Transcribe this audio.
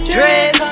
Drip